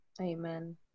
Amen